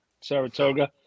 Saratoga